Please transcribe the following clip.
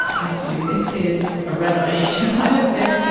but actually, this is a revelation, i love this!